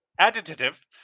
additive